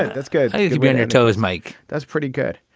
that's good. you could be on your toes, mike. that's pretty good.